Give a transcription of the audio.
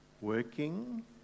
Working